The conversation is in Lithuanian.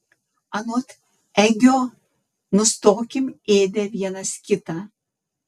anot egio nustokim ėdę vienas kitą